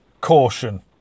caution